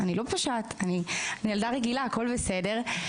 אני לא פושעת, אני ילדה רגילה, הכול בסדר.